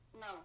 No